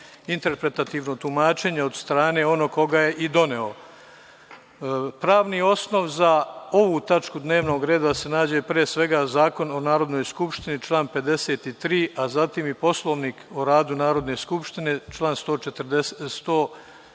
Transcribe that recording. interpretativno tumačenje od strane onog ko ga je i doneo. Pravni osnov za ovu tačku dnevnog reda je da se nađe pre svega Zakon o Narodnoj skupštini, član 53, a zatim i Poslovnik o radu Narodne skupštine, član 194.